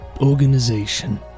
organization